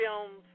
films